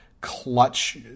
clutch